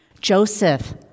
Joseph